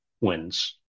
wins